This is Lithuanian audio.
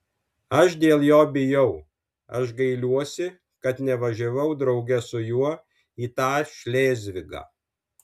aš dėl jo bijau aš gailiuosi kad nevažiavau drauge su juo į tą šlėzvigą